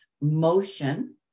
motion